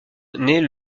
naît